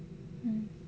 mm